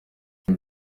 ibi